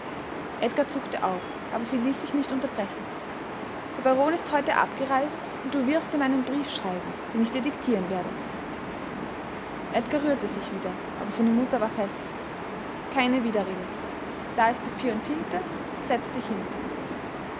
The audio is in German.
edgar zuckte auf aber sie ließ sich nicht unterbrechen der baron ist heute abgereist und du wirst ihm einen brief schreiben den ich dir diktieren werde edgar rührte sich wieder aber seine mutter war fest keine widerrede da ist papier und tinte setze dich hin